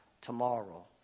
tomorrow